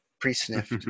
Pre-sniffed